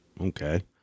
Okay